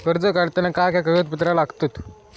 कर्ज काढताना काय काय कागदपत्रा लागतत?